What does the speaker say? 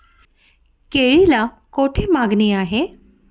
केळीला कोठे मागणी आहे?